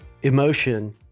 Emotion